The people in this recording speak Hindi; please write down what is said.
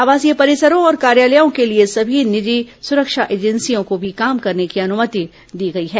आवासीय परिसरों और कार्यालयों के लिए सभी निजी सुरक्षा एजेंसियों को भी काम करने की अनुमति दी गई है